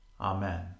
Amen